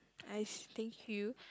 I see thank you